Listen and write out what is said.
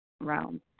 round